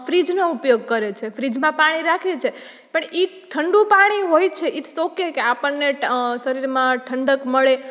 ફ્રિજનો ઉપયોગ કરે છે ફ્રિજમાં પાણી રાખે છે પણ ઈ ઠંડુ પાણી હોય છે ઇટ્સ ઓકે આપણને શરીરમાં ઠંડક મળે